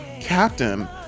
Captain